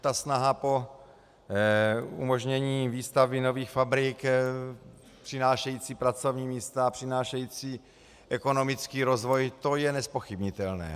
Ta snaha po umožnění výstavby nových fabrik přinášející pracovní místa, přinášející ekonomický rozvoj, to je nezpochybnitelné.